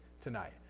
tonight